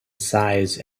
size